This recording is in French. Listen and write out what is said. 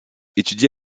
étudie